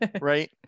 Right